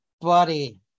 buddy